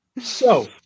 So-